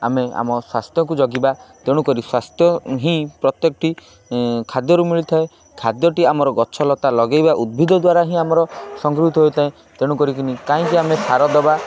ଆମେ ଆମ ସ୍ୱାସ୍ଥ୍ୟକୁ ଜଗିବା ତେଣୁକରି ସ୍ୱାସ୍ଥ୍ୟ ହିଁ ପ୍ରତ୍ୟେକଟି ଖାଦ୍ୟରୁ ମିଳିଥାଏ ଖାଦ୍ୟଟି ଆମର ଗଛ ଲତା ଲଗାଇବା ଉଦ୍ଭିଦ ଦ୍ୱାରା ହିଁ ଆମର ସଂଗୃହୀତ ହୋଇଥାଏ ତେଣୁ କରିକିନି କାହିଁକି ଆମେ ସାର ଦେବା